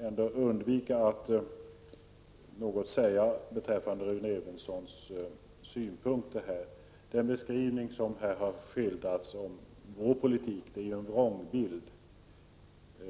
inte låta bli att säga något om Rune Evenssons synpunkter. Beskrivningen av moderaternas politik är en vrångbild.